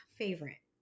favorite